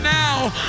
now